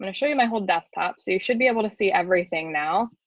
and show you my whole desktop so you should be able to see everything now.